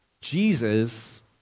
Jesus